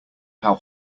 how